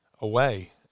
away